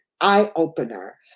eye-opener